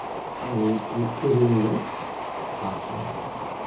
ᱨᱤᱱ ᱵᱚᱱ ᱦᱟᱛᱟᱣᱟ